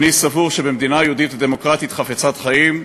אני סבור שבמדינה יהודית ודמוקרטית חפצת חיים,